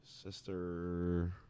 sister